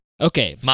Okay